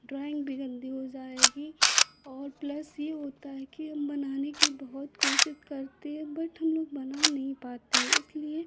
drawing भी गंदी हो जाएगी और प्लस यह होता है कि हम बनाने की बहुत कोशिश करते हैं बट बना नहीं पाते हैं इसलिए